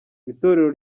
itorero